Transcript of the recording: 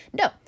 No